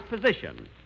position